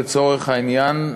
לצורך העניין,